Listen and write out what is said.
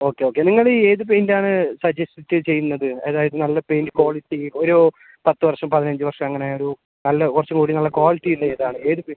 okay okay നിങ്ങൾ ഈ ഏത് പെയിൻറ്റാണ് സജസ്റ്റ് ചെയ്യുന്നത് അതായത് നല്ല പെയിൻറ്റ് ക്വാളിറ്റി ഒരു പത്ത് വർഷം പതിനഞ്ച് വർഷം അങ്ങനെയൊരു നല്ല കുറച്ചു കൂടി നല്ല ക്വാളിറ്റിയുള്ളതേതാണ് ഏത് പേ